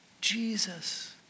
Jesus